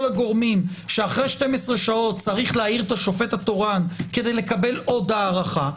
הגורמים שאחרי 12 שעות צריך להעיר את השופט התורן כדי לקבל עוד הארכה,